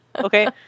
Okay